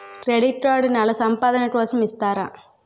Credit card నెల సంపాదన కోసం ఇస్తారా?